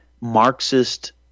Marxist